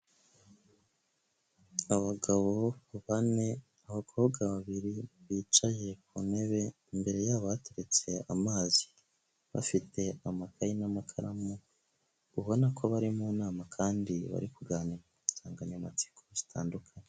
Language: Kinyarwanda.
Abagabo bane, abakobwa babiri, bicaye ku ntebe, imbere yabo hateretse amazi, bafite amakaye n'amakaramu, ubona ko bari mu nama kandi bari kuganira ku nsanganyamatsiko zitandukanye.